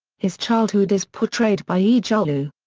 his childhood is portrayed by ege uslu.